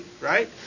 right